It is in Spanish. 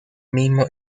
mismo